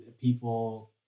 people